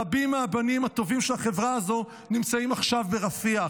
רבים מהבנים הטובים של החברה הזו נמצאים עכשיו ברפיח,